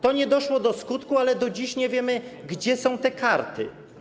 To nie doszło do skutku, ale do dziś nie wiemy, gdzie są te karty.